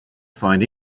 find